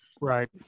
Right